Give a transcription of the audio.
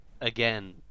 again